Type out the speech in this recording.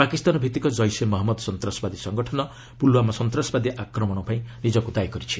ପାକିସ୍ତାନଭିତ୍ତିକ ଜୈସେ ମହମ୍ମଦ ସନ୍ତାସବାଦୀ ସଙ୍ଗଠନ ପୁଲ୍ଓ୍ୱାମା ସନ୍ତାସବାଦୀ ଆକ୍ରମଣ ପାଇଁ ନିଜକୁ ଦାୟୀ କରିଛି